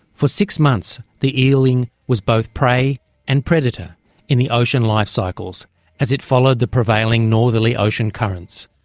for six months the eeling was both prey and predator in the ocean life cycles as it followed the prevailing northerly ocean currents.